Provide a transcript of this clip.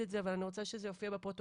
את זה אבל אני רוצה שזה יופיע בפרוטוקול,